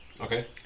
Okay